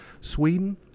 Sweden